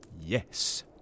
Yes